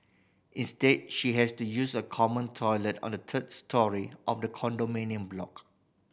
instead she had to use a common toilet on the third storey of the condominium block